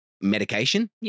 medication